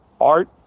art